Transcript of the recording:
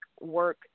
work